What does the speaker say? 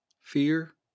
Fear